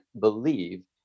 believe